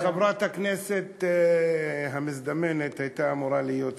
וחברת הכנסת המזדמנת הייתה אמורה להיות כאן,